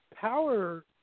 power